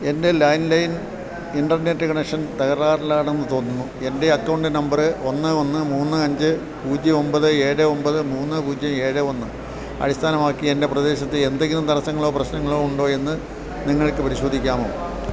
എൻ്റെ land line internet connection തകരാറിലാണെന്ന് തോന്നുന്നു എൻ്റെ അക്കൗണ്ട് നമ്പറ് ഒന്ന് ഒന്ന് മൂന്ന് അഞ്ച് പൂജ്യം ഒൻപത് ഏഴ് ഒൻപത് മൂന്ന് പൂജ്യം ഏഴ് ഒന്ന് അടിസ്ഥാനമാക്കി എൻ്റെ പ്രദേശത്ത് എന്തെങ്കിലും തടസ്സങ്ങളോ പ്രശ്നങ്ങളോ ഉണ്ടോ എന്ന് നിങ്ങൾക്ക് പരിശോധിക്കാമോ